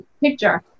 picture